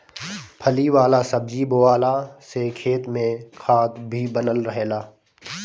फली वाला सब्जी बोअला से खेत में खाद भी बनल रहेला